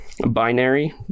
binary